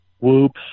whoops